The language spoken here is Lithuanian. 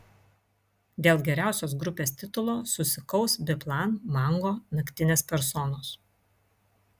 dėl geriausios grupės titulo susikaus biplan mango naktinės personos